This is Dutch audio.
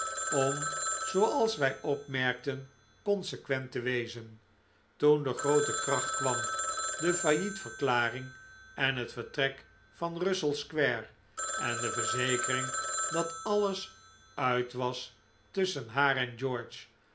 om zooals wij opmerkten consequent te wezen toen de groote krach kwam de faillietverklaring en het vertrek van russell square en de verzekering dat alles uit was tusschen haar en